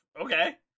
okay